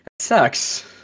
sucks